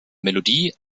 melodie